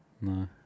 No